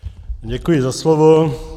Děkuji za slovo.